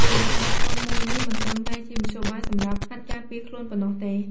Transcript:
កីឡាក្បាច់គុនមួយនេះមិនត្រឹមតែជាមធ្យោបាយសម្រាប់ហាត់ប្រាណការពារខ្លួនប៉ុណ្ណោះទេ។